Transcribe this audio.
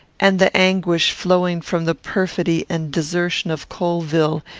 and the anguish flowing from the perfidy and desertion of colvill,